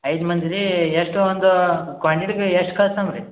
ಐದು ಮಂದಿ ರೀ ಎಷ್ಟು ಒಂದು ಕ್ವಾನ್ಟಿಟಿಕ ಎಷ್ಟು ಕಳ್ಸಣ ರೀ